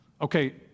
Okay